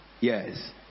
Yes